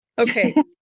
Okay